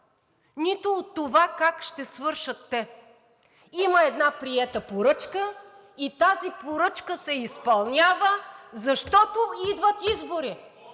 нито от това как ще свършат те. Има една приета поръчка и тази поръчка се изпълнява, защото идват избори